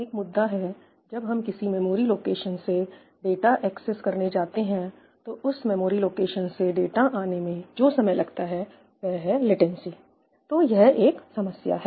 एक मुद्दा है जब हम किसी मेमोरी लोकेशन से डाटा एक्सेस करने जाते हैं तो उस मेमोरी लोकेशन से डाटा आने में जो समय लगता है वह है लेटेंसी तो एक यह समस्या है